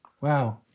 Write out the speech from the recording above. Wow